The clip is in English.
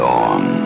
Dawn